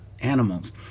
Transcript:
animals